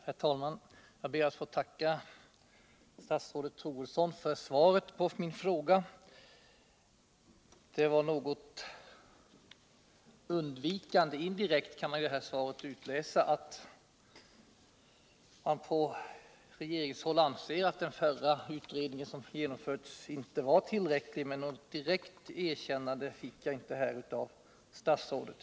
Herr talman! Jag ber att få tacka statsrådet Troedsson för svaret på min fråga. Svaret var något undvikande, och indirekt kan man av detta utläsa att man från regeringshåll anser att den förra utredningen inte var tillräcklig. Något direkt erkännande av det förhållandet fick jag inte här av statsrådet.